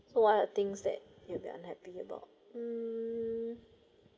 so what are the things that you'll be unhappy about mm